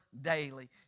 daily